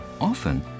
Often